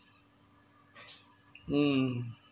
mm